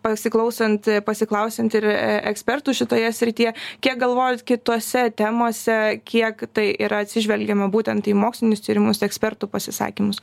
pasiklausant pasiklausiant ir ekspertų šitoje srityje kiek galvojant kitose temose kiek tai yra atsižvelgiama būtent į mokslinius tyrimus ekspertų pasisakymus